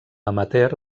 amateur